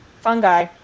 fungi